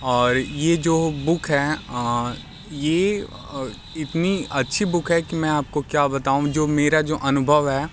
और ये जो बुक है ये इतनी अच्छी बुक है कि मैं आपको क्या बताऊँ जो मेरा जो अनुभव है